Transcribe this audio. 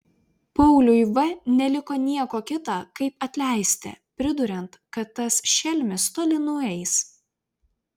pauliui v neliko nieko kita kaip atleisti priduriant kad tas šelmis toli nueis